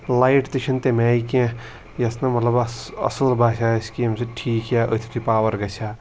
light تہِ چھِنہٕ تَمہِ آیہِ کینٛہہ یۄس نہٕ مطلب اَس اَصٕل باسہِ اَسہِ کہِ ییٚمہِ سۭتۍ ٹھیٖک یا أتھۍ یِتُھے پاوَر گَژھ ہا